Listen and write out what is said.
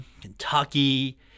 Kentucky